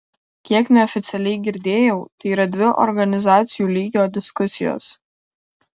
kiek neoficialiai girdėjau tai yra dvi organizacijų lygio diskusijos